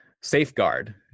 safeguard